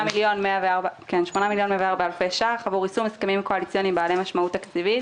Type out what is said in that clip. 8,104 אלפי שקלים עבור יישום הסכמים קואליציוניים בעלי משמעות תקציבית,